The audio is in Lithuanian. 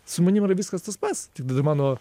su manim yra viskas tas pats tiktai da mano